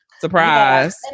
Surprise